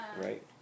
right